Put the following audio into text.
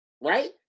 right